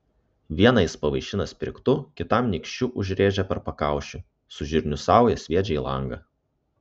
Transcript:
vieną jis pavaišina sprigtu kitam nykščiu užrėžia per pakaušį su žirnių sauja sviedžia į langą